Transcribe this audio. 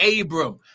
Abram